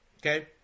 Okay